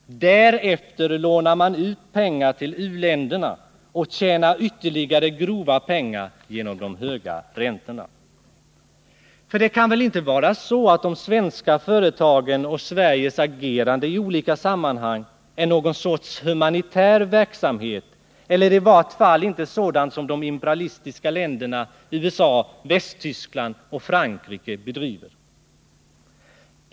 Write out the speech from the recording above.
Därefter lånar man ut pengar till u-länderna och tjänar ytterligare grova pengar genom de höga räntorna. För det kan väl inte vara så att de svenska företagens och Sveriges agerande i olika sammanhang är något slags humanitär verksamhet? Den är väl i varje fall inte sådan som den de imperialistiska länderna USA, Västtyskland och Frankrike bedriver?